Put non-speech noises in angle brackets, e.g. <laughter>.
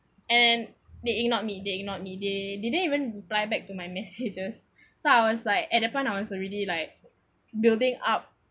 and they ignored me they ignored me they didn't even reply back to my messages <laughs> so I was like at that point I was really like building up